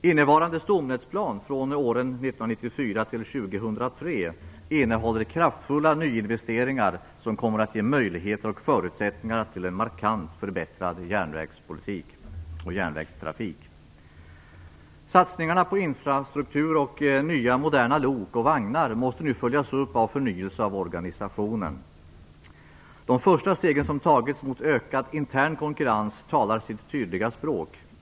Innevarande stomnätsplan för åren 1994-2003 innehåller kraftfulla nyinvesteringar som kommer att ge möjligheter och förutsättningar till en markant förbättrad järnvägstrafik. Satsningarna på infrastruktur och nya moderna lok och vagnar måste nu följas upp av förnyelse av organisationen. De första stegen som tagits mot ökad intern konkurrens talar sitt tydliga språk.